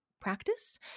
practice